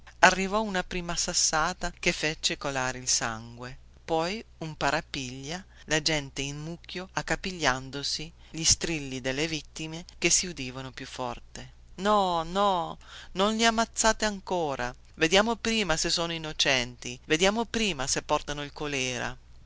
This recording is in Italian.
arrivò una prima sassata che fece colare il sangue poi un parapiglia la gente in mucchio accapigliandosi gli strilli delle vittime che si udivano più forte no no non li ammazzate ancora vediamo prima se sono innocenti vediamo prima se portano il colèra